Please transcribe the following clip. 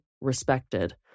respected